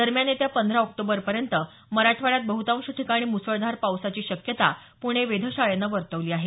दरम्यान येत्या पंधरा ऑक्टोबरपर्यंत मराठवाड्यात बहतांश ठिकाणी मुसळधार पावसाची शक्यता पृणे वेधशाळेनं वर्तवली आहे